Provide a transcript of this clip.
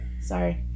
Sorry